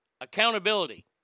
Accountability